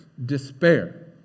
despair